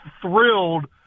thrilled